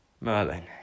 Merlin